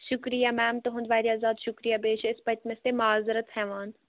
شُکرِیہِ ma'am تُہُنٛد واریاہ زیادٕ شُکریہ بیٚیہِ چھِ أسۍ پٔتِمِس تہِ مازرَت ہٮ۪وان